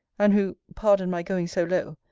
and who, pardon my going so low,